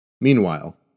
Meanwhile